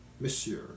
Monsieur